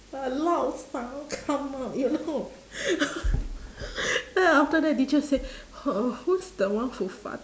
a loud sound come out you know then after that teacher say oh who's the one who fart~